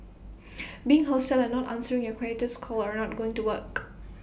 being hostile and not answering your creditor's call are not going to work